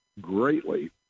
greatly